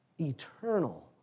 eternal